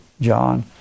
John